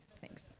thanks